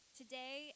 today